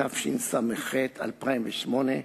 התשס"ח 2008,